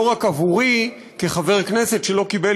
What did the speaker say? מאוד לא רק עבורי כחבר כנסת שלא קיבל